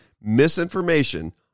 misinformation